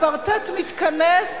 הקוורטט מתכנס,